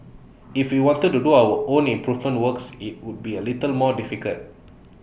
if we wanted to do our own improvement works IT would be A little more difficult